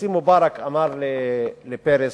שהנשיא מובארק אמר לפרס,